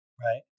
right